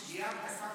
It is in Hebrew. חבל,